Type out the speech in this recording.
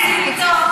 מה הם עושים איתו?